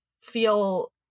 feel